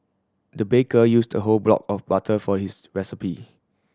the baker used a whole block of butter for his recipe